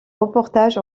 reportage